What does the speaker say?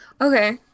Okay